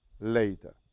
later